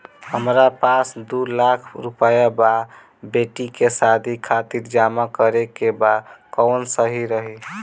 हमरा पास दू लाख रुपया बा बेटी के शादी खातिर जमा करे के बा कवन सही रही?